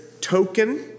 token